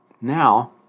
Now